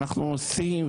אנחנו עושים,